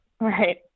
right